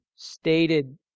Stated